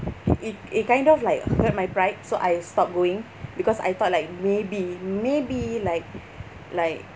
it it kind of like hurt my pride so I stopped going because I thought like maybe maybe like like